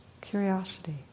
curiosity